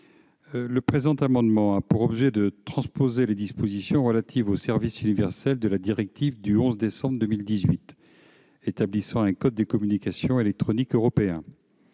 Le présent amendement a pour objet de transposer les dispositions relatives au service universel de la directive du 11 décembre 2018 établissant un code des communications électroniques européen.